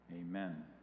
Amen